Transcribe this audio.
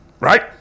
right